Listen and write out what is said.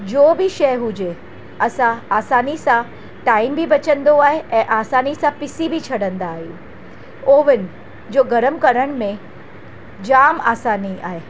जो बि शइ हुजे असां आसानी सां टाइम बि बचंदो आहे ऐं आसानी सां पिसी बि छॾींदा आहिनि ओवेन जो गरमु करण में जामु आसानी आहे